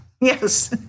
Yes